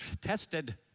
tested